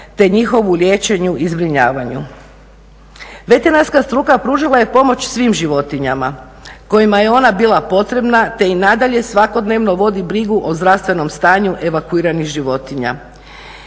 te njihovu liječenju i zbrinjavanju. Veterinarska struka pružila je pomoć svim životinjama kojima je ona bila potrebna, te i nadaje svakodnevno vodi brigu o zdravstvenom stanju evakuiranih životinja.